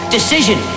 Decision